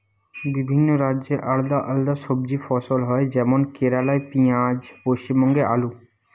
বিভিন্ন রাজ্যে আলদা আলদা সবজি ফসল হয় যেমন কেরালাই পিঁয়াজ, পশ্চিমবঙ্গে আলু